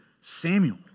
Samuel